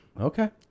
Okay